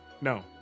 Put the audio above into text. no